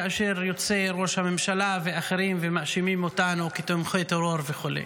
כאשר יוצאים ראש הממשלה ואחרים ומאשימים אותנו כתומכי טרור וכו'.